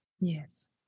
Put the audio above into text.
Yes